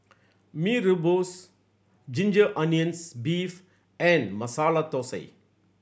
Mee Rebus ginger onions beef and Masala Thosai